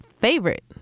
favorite